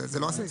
זה לא הסעיף.